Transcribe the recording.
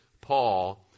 Paul